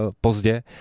pozdě